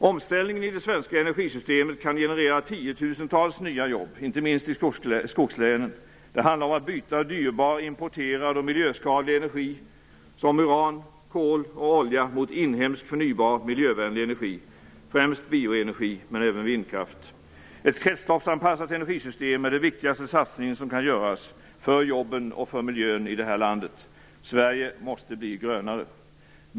Omställningen av det svenska energisystemet kan generera tiotusentals nya jobb, inte minst i skogslänen. Det handlar om att byta dyrbar, importerad och miljöskadlig energi som uran, kol och olja mot inhemsk, förnybar och miljövänlig energi, främst bioenergi men även vindkraft. Ett kretsloppsanpassat energisystem är den viktigaste satsning som kan göras för jobben och för miljön här i landet. Sverige måste bli grönare.